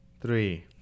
three